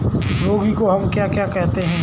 रागी को हम क्या कहते हैं?